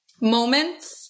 moments